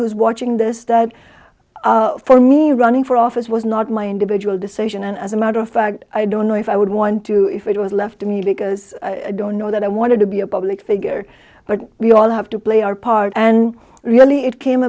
is watching this that for me running for office was not my individual decision and as a matter of fact i don't know if i would want to if it was left to me because i don't know that i wanted to be a public figure but we all have to play our part and really it came